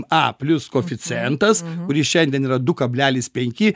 a plius koeficientas kuris šiandien yra du kablelis penki